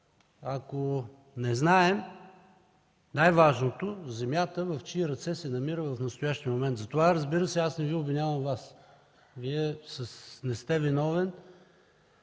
ако не знаем най-важното – в чии ръце се намира земята в настоящия момент. За това, разбира се, не Ви обвинявам Вас. Вие не сте виновен.